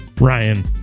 Ryan